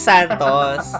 Santos